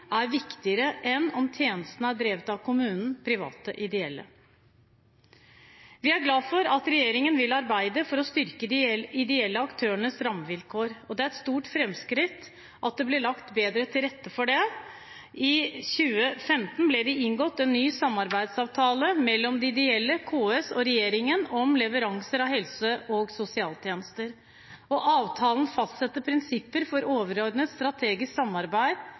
er viktigere enn om tjenestene er drevet av kommunen, private eller ideelle. Vi er glad for at regjeringen vil arbeide for å styrke de ideelle aktørenes rammevilkår. Det er et stort framskritt at det blir lagt bedre til rette for det. I 2015 ble det inngått en ny samarbeidsavtale mellom de ideelle, KS og regjeringen om leveranser av helse- og sosialtjenester. Avtalen fastsetter prinsipper for overordnet strategisk samarbeid